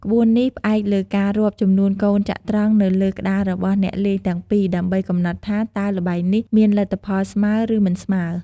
ក្បួននេះផ្អែកលើការរាប់ចំនួនកូនចត្រង្គនៅលើក្ដាររបស់អ្នកលេងទាំងពីរ ដើម្បីកំណត់ថា តើល្បែងនោះមានលទ្ធផលស្មើ ឬមិនស្មើ។